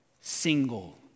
single